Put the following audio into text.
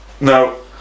No